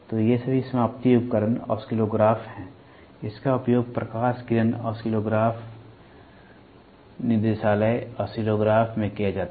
ये सभी समाप्ति उपकरण ऑसिलोग्राफ हैं इसका उपयोग प्रकाश किरण ऑसिलोग्राफ निदेशालय ऑसिलोग्राफ़ में किया जाता है